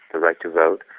the right to vote.